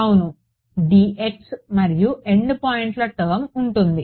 అవును dx మరియు end పాయింట్స్ల టర్మ్ ఉంటుంది